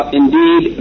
indeed